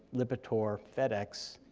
lipitor, fedex,